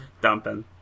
Dumping